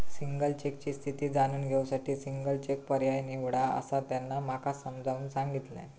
single चेकची स्थिती जाणून घेऊ साठी सिंगल चेक पर्याय निवडा, असा त्यांना माका समजाऊन सांगल्यान